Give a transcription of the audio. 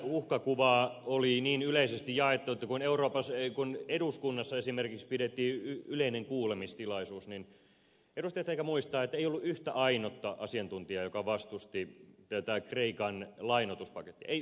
tämä uhkakuva oli niin yleisesti jaettu että kun eduskunnassa esimerkiksi pidettiin yleinen kuulemistilaisuus niin edustajat ehkä muistavat että ei ollut yhtään ainutta asiantuntijaa joka vastusti tätä kreikan lainoituspakettia ei yhtä ainutta